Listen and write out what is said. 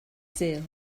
sul